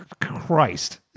Christ